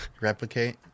Replicate